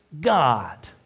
God